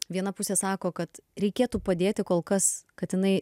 viena pusė sako kad reikėtų padėti kol kas kad jinai